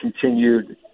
continued